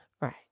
right